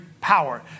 power